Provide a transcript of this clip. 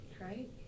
Right